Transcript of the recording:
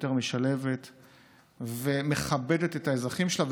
יותר משלבת ומכבדת את האזרחים שלה,